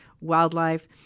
wildlife